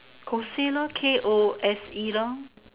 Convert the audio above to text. Kose lor K O S E lor